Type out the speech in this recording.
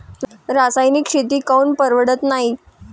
रासायनिक शेती काऊन परवडत नाई?